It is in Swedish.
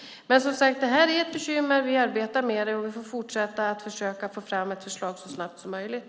Det här är som sagt ett bekymmer. Vi arbetar med det, och vi får fortsätta försöka få fram ett förslag så snabbt som möjligt.